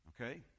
okay